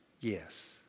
Yes